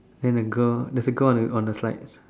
and the girl there's a girl on the on the slide